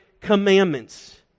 commandments